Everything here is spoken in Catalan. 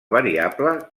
variable